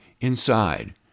inside